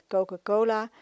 Coca-Cola